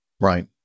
Right